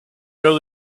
know